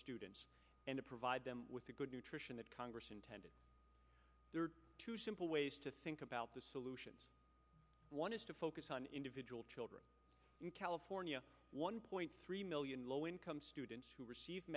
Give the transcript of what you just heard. students and provide them with a good nutrition that congress intended to simple ways to think about the solutions one is to focus on individual children in california one point three million low income students who receive